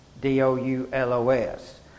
D-O-U-L-O-S